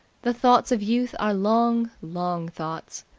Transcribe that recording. the thoughts of youth are long, long thoughts.